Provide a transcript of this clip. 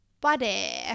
body